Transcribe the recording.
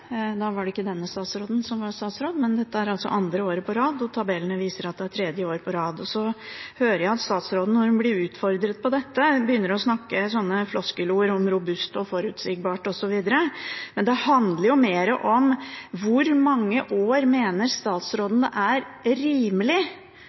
Da var det ikke denne statsråden som var statsråd. Men dette er altså andre år på rad, og tabellene viser at det er tredje år på rad. Så hører jeg at statsråden når hun blir utfordret på dette, begynner å bruke floskelord som «robust» og «forutsigbart» osv. Men det handler mer om hvor mange år